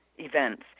events